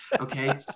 Okay